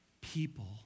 people